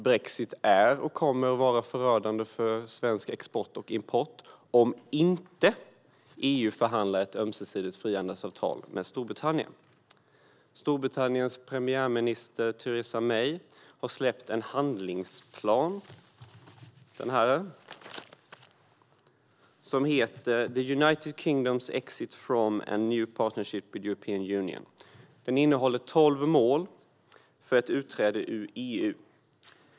Brexit är och kommer att vara förödande för Sveriges import och export om inte EU förhandlar fram ett ömsesidigt frihandelsavtal med Storbritannien. Storbritanniens premiärminister Theresa May har släppt en handlingsplan - jag har den här - som heter The United Kingdom's exit from, and new partnership with, the European Union . Den innehåller tolv mål för ett utträde ur EU.